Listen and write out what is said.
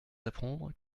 d’apprendre